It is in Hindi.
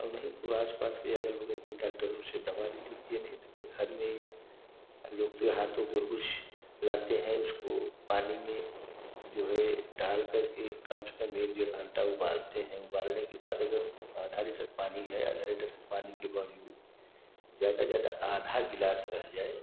और नहीं तो आस पास के अग़ल बग़ल के डाक्टरों से दवा ले लीजिए नहीं तो फिर घर में लोग तो हाथों को लाते हैं उसको पानी में जो है डाल करके कम से कम एक डेढ़ घंटा उबालते हैं उबालने के बाद अगर आधा लीटर पानी है आधा लीटर पानी के ज़्यादा ज़्यादा आधा गिलास रह जाए